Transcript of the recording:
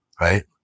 Right